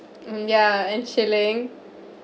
mm ya and chilling